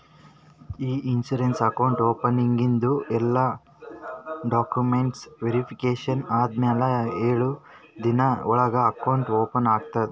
E insurance account ಓಪನಿಂಗ್ದು ಎಲ್ಲಾ documents verification ಆದಮ್ಯಾಲ ಎಳು ದಿನದ ಒಳಗ ಅಕೌಂಟ್ ಓಪನ್ ಆಗ್ತದ